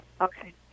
Okay